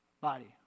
body